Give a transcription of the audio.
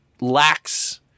lacks